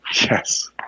Yes